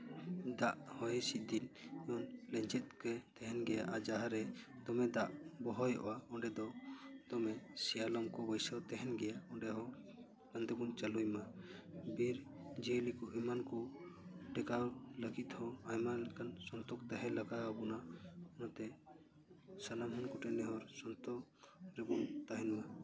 ᱫᱟᱜ ᱦᱚᱭ ᱦᱤᱸᱥᱤᱫ ᱫᱤᱱ ᱞᱮᱸᱡᱮᱛ ᱜᱮ ᱛᱟᱦᱮᱱ ᱜᱮᱭᱟ ᱟᱨ ᱡᱟᱦᱟᱸᱨᱮ ᱫᱚᱢᱮ ᱫᱟᱜ ᱵᱚᱦᱚᱭᱚᱜᱼᱟ ᱚᱸᱰᱮ ᱫᱚ ᱫᱚᱢᱮ ᱥᱮᱭᱟᱞᱚᱢ ᱠᱚ ᱵᱟᱹᱭᱥᱟᱹᱣ ᱛᱟᱦᱮᱱ ᱜᱮᱭᱟ ᱚᱸᱰᱮ ᱦᱚᱸ ᱥᱟᱵᱫᱷᱟᱱ ᱛᱮᱵᱚᱱ ᱪᱟᱹᱞᱩᱭ ᱢᱟ ᱵᱤᱨ ᱡᱤᱭᱟᱹᱞᱤ ᱠᱚ ᱮᱢᱟᱱ ᱠᱚ ᱴᱮᱠᱟᱣ ᱞᱟᱹᱜᱤᱫ ᱦᱚᱸ ᱟᱭᱢᱟ ᱞᱮᱠᱟᱱ ᱥᱚᱱᱛᱚᱠ ᱛᱟᱦᱮᱸ ᱞᱟᱜᱟᱣ ᱟᱵᱚᱱᱟ ᱚᱱᱟᱛᱮ ᱥᱟᱱᱟᱢ ᱦᱚᱲ ᱠᱚᱴᱷᱮᱱ ᱱᱮᱦᱚᱨ ᱥᱚᱱᱛᱚᱠ ᱨᱮᱵᱚᱱ ᱛᱟᱦᱮᱱ ᱢᱟ